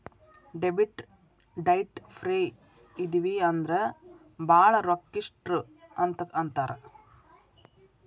debit ಡೈಟ್ ಫ್ರೇ ಇದಿವಿ ಅಂದ್ರ ಭಾಳ್ ರೊಕ್ಕಿಷ್ಟ್ರು ಅಂತ್ ಅಂತಾರ